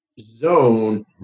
zone